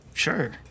Sure